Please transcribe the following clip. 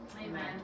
Amen